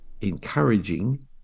encouraging